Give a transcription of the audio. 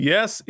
Yes